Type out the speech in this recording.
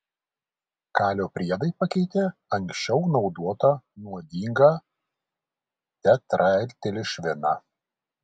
kalio priedai pakeitė anksčiau naudotą nuodingą tetraetilšviną